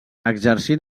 exercint